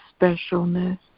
specialness